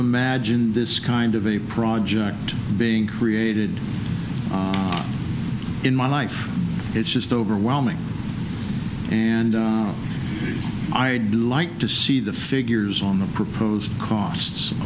imagined this kind of a project being created in my life it's just overwhelming and i'd like to see the figures on the proposed costs